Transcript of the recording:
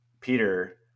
Peter